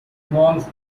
involve